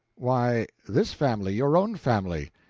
why, this family your own family.